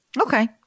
Okay